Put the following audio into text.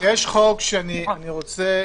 ביכולת של בן הזוג שכלפיו היא הופעלה